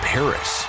Paris